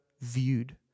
viewed